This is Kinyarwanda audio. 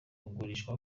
kugurishwa